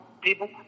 people